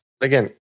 again